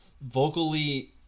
vocally